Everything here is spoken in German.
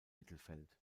mittelfeld